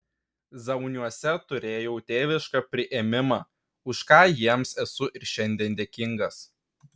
zauniuose turėjau tėvišką priėmimą už ką jiems esu ir šiandien dėkingas